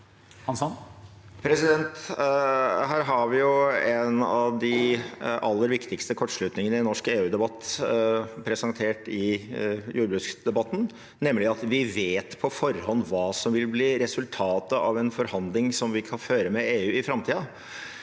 Her har vi en av de aller viktigste kortslutningene i norsk EU-debatt presentert i jordbruksdebatten, nemlig at vi vet på forhånd hva som vil bli resultatet av en forhandling som vi kan føre med EU i framtiden.